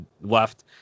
left